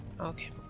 Okay